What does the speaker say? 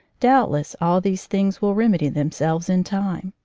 doubtless all these things will remedy themselves in time.